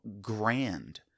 grand